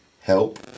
Help